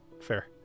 Fair